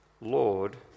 Lord